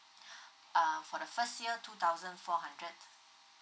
uh for the first year two thousand four hundred